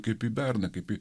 kaip į berną kaip į